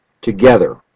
together